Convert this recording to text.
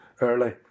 early